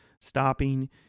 stopping